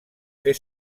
fer